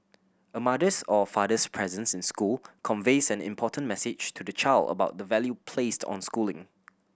a mother's or father's presence in school conveys an important message to the child about the value placed on schooling